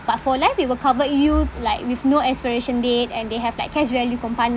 but for life it will covered you like with no expiration date and they have like cash value component